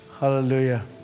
Hallelujah